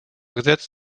gesetz